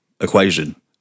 equation